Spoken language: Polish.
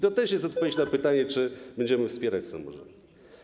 To też jest odpowiedź na pytanie, czy będziemy wspierać samorządy.